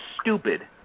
stupid